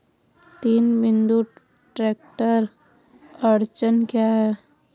तीन बिंदु ट्रैक्टर अड़चन क्या है?